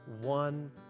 one